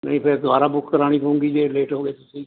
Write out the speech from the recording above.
ਨਹੀਂ ਫਿਰ ਦੁਬਾਰਾ ਬੁੱਕ ਕਰਵਾਉਣੀ ਪਵੇਗੀ ਜੇ ਲੇਟ ਹੋ ਗਏ ਤੁਸੀਂ